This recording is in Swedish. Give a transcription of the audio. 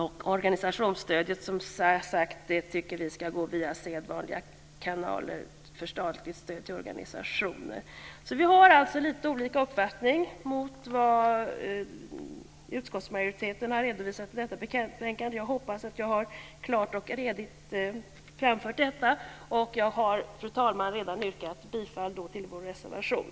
Vi tycker, som sagt var, att organisationsstödet ska gå via sedvanliga kanaler för statligt stöd till organisationer. Vi har alltså en annan uppfattning än vad utskottsmajoriteten har redovisat i detta betänkande. Jag hoppas att jag klart och redigt har framfört detta. Jag har, fru talman, redan yrkat bifall till vår reservation.